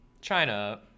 China